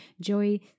joy